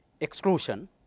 exclusion